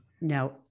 Now